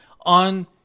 on